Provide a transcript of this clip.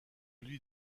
lui